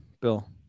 Bill